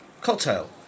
Cocktail